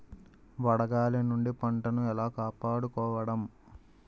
వడగాలి నుండి పంటను ఏలా కాపాడుకోవడం?